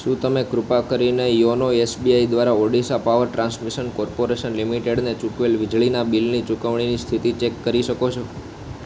શું તમે કૃપા કરીને યોનો એસબીઆઈ દ્વારા ઓડિશા પાવર ટ્રાન્સમિશન કોર્પોરેશન લિમિટેડને ચૂકવેલ વીજળીના બિલની ચુકવણીની સ્થિતિ ચેક કરી શકો છો